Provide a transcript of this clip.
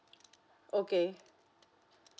okay